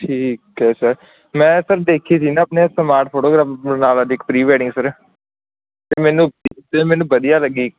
ਠੀਕ ਹੈ ਸਰ ਮੈਂ ਸਰ ਦੇਖੀ ਸੀ ਨਾ ਆਪਣੇ ਸਮਾਰਟ ਫੋਟੋਗਰਾਫਰ ਬਰਨਾਲਾ ਦੀ ਇੱਕ ਪ੍ਰੀ ਵੈਡਿੰਗ ਸਰ ਅਤੇ ਮੈਨੂੰ ਅਤੇ ਮੈਨੂੰ ਵਧੀਆ ਲੱਗੀ